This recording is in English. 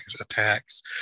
attacks